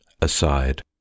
aside